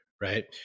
right